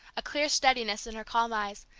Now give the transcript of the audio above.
a clear steadiness in her calm eyes,